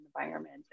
environment